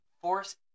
Force